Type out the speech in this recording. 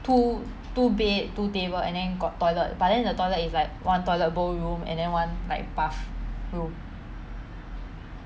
two two bed two table and then got toilet but then the toilet is like one toilet bowl room and then one like bathroom